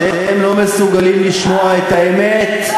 אתם לא מסוגלים לשמוע את האמת.